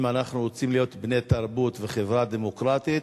אם אנחנו רוצים להיות בני-תרבות וחברה דמוקרטית,